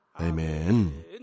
Amen